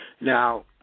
Now